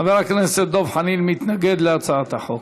חבר הכנסת דב חנין מתנגד להצעת החוק.